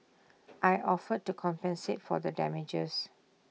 I offered to compensate for the damages